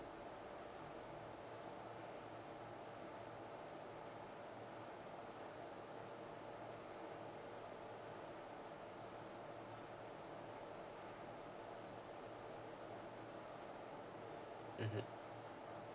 mmhmm